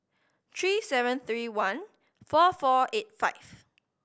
three seven three one four four eight five